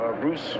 Bruce